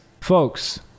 Folks